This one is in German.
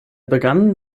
begann